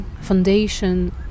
foundation